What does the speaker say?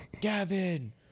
Gavin